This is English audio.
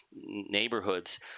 neighborhoods